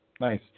nice